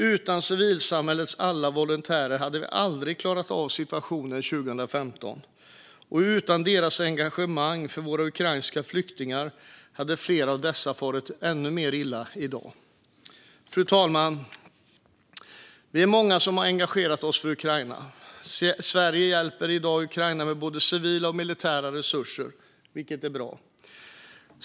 Utan civilsamhällets alla volontärer hade vi aldrig klarat av situationen 2015, och utan deras engagemang för våra ukrainska flyktingar hade flera av dessa farit ännu mer illa i dag. Fru talman! Vi är många som har engagerat oss för Ukraina. Sverige hjälper i dag Ukraina med både civila och militära resurser, vilket är bra.